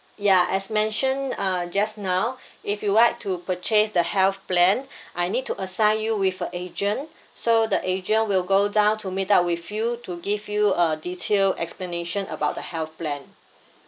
ya as mentioned uh just now if you'd like to purchase the health plan I need to assign you with a agent so the agent will go down to meet up with you to give you a detailed explanation about the health plan